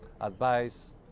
advice